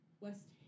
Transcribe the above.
West